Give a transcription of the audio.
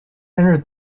entered